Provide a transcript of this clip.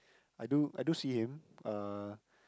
I do I do see him uh